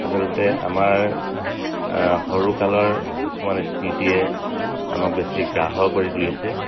আচলতে আমাৰ সৰুকালৰ কিছুমান স্মৃতিয়ে আমাক বেছি গ্ৰাস কৰি তুলিছে